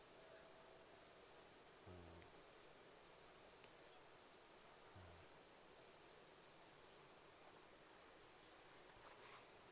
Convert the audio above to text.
mm mm